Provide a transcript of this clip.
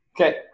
Okay